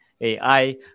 AI